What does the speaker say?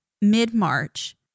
mid-March